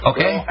Okay